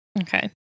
Okay